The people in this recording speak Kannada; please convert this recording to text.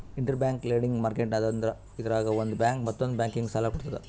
ಇಂಟೆರ್ಬ್ಯಾಂಕ್ ಲೆಂಡಿಂಗ್ ಮಾರ್ಕೆಟ್ ಅಂದ್ರ ಇದ್ರಾಗ್ ಒಂದ್ ಬ್ಯಾಂಕ್ ಮತ್ತೊಂದ್ ಬ್ಯಾಂಕಿಗ್ ಸಾಲ ಕೊಡ್ತದ್